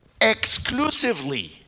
exclusively